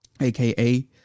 aka